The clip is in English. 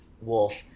Wolf